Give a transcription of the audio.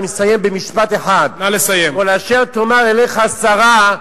אני מסיים במשפט אחד: כל אשר תאמר אליך שרה,